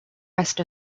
rest